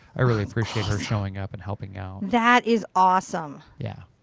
i really appreciate her showing up and helping out. that is awesome. yeah.